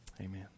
Amen